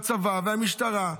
הצבא והמשטרה,